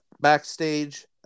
backstage